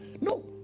No